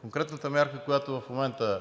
конкретната мярка, която в момента